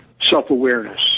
self-awareness